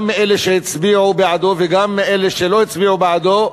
גם מאלה שהצביעו בעדו וגם מאלה שלא הצביעו בעדו.